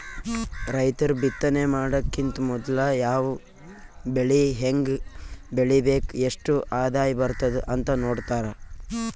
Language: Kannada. ರೈತರ್ ಬಿತ್ತನೆ ಮಾಡಕ್ಕಿಂತ್ ಮೊದ್ಲ ಯಾವ್ ಬೆಳಿ ಹೆಂಗ್ ಬೆಳಿಬೇಕ್ ಎಷ್ಟ್ ಆದಾಯ್ ಬರ್ತದ್ ಅಂತ್ ನೋಡ್ತಾರ್